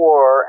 War